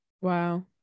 wow